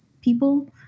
people